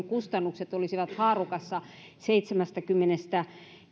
kustannukset olisivat haarukassa seitsemästäkymmenestäviidestä